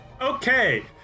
Okay